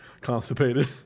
Constipated